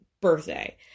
birthday